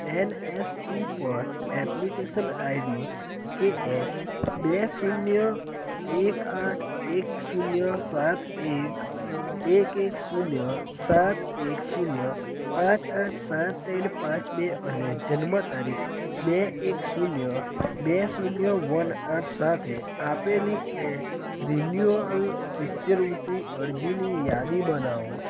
NSP પર application ID KS બે શૂન્ય શૂન્ય એક આઠ એક શૂન્ય સાત એક એક એક શૂન્ય સાત એક શૂન્ય પાંચ આઠ સાત ત્રણ પાંચ બે અને જન્મ તારીખ બે એક શૂન્ય બે શૂન્ય વન આઠ સાથે આપેલી એ રિન્યૂઅલ શિષ્યવૃત્તિ અરજીની યાદી બનાવો